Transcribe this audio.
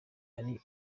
ari